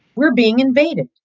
we're being invaded.